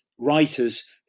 writers